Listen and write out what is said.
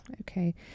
Okay